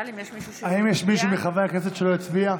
האם יש מישהו מחברי הכנסת שלא הצביע?